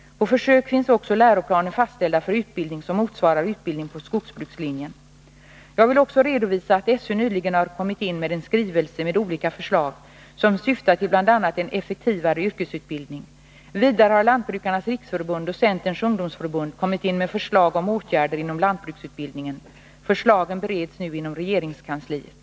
På försök finns också läroplaner fastställda för utbildning som motsvarar utbildning på skogsbrukslinjen. Jag vill också redovisa att SÖ nyligen har kommit in med en skrivelse med olika förslag, som syftar till bl.a. en effektivare yrkesutbildning. Vidare har Lantbrukarnas riksförbund och Centerns ungdomsförbund kommit in med förslag om åtgärder inom lantbruksutbildningen. Förslagen bereds nu inom regeringskansliet.